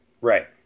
Right